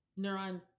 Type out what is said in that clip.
neuron